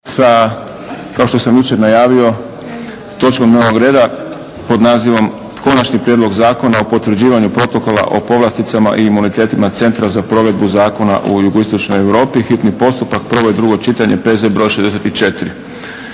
za koje je rasprava završena. Prvo, Konačni prijedlog zakona o potvrđivanju Protokola o povlasticama i imunitetima Centra za provedbu zakona u Jugoistočnoj Europi, hitni postupak, prvo i drugo čitanje, P.Z. br. 64,